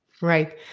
Right